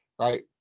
right